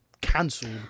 cancelled